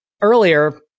earlier